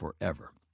forever